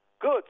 Good